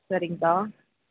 சரிங்கக்கா